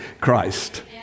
christ